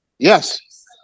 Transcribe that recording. Yes